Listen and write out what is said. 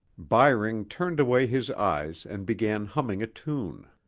byring turned away his eyes and began humming a tune,